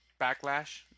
backlash